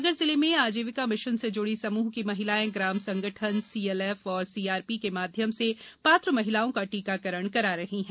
सागर जिले में आजीविका मिशन से ज्ड़ी समूह की महिलायें ग्राम संगठन सीएलएफ और सीआर ी के माध्यम से शात्र महिलाओं का टीकाकरण करा रही हैं